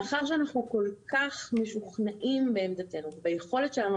מאחר שאנחנו כל כך משוכנעים בעמדתנו וביכולת שלנו